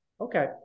Okay